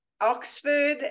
Oxford